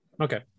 okay